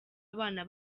abana